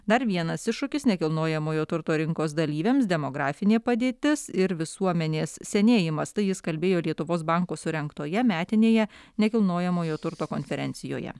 dar vienas iššūkis nekilnojamojo turto rinkos dalyviams demografinė padėtis ir visuomenės senėjimas tai jis kalbėjo lietuvos banko surengtoje metinėje nekilnojamojo turto konferencijoje